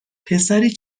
پسری